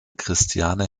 christiane